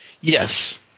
Yes